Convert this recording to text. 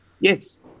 Yes